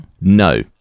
No